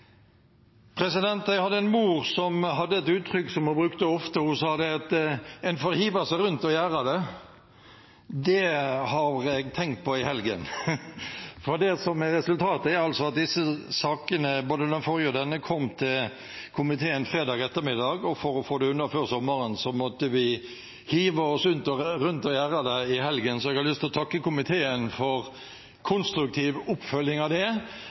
mor hadde et uttrykk som hun brukte ofte. Hun sa: «Ein får hiva seg rundt og gjera det». Det har jeg tenkt på i helgen. Disse sakene, både den forrige og denne, kom til komiteen fredag ettermiddag, og for å få det unna før sommeren måtte vi «hiva oss rundt og gjera det» i helgen. Så jeg har lyst til å takke komiteen for konstruktiv oppfølging av det,